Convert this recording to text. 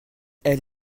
elle